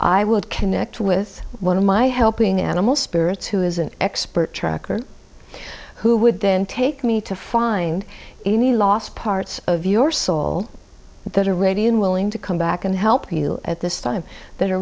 i would connect with one of my helping animal spirits who is an expert tracker who would then take me to find any last parts of your soul that are ready and willing to come back and help you at this time that are